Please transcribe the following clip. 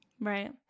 Right